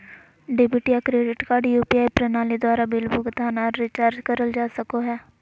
debit या credit card UPI प्रणाली द्वारा बिल भुगतान आर रिचार्ज करल जा सको हय